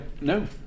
No